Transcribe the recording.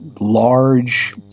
large